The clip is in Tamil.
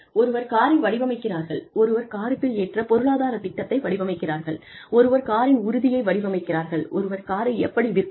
ஒருவர் காரை வடிவமைக்கிறார்கள் ஒருவர் காருக்கு ஏற்ற பொருளாதார திட்டத்தை வடிவமைக்கிறார்கள் ஒருவர் காரின் உறுதியை வடிவமைக்கிறார்கள் ஒருவர் காரை எப்படி விற்பது